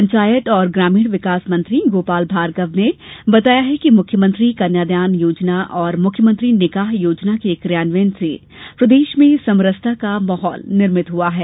पंचायत और ग्रामीण विकास मंत्री गोपाल भार्गव ने बताया कि मुख्यमंत्री कन्यादान योजना और मुख्यमंत्री निकाह योजना के कियान्वयन से प्रदेश में समरसता का माहौल निर्मित हुआ है